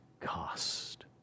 cost